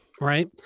Right